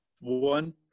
one